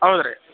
ಹೌದು ರೀ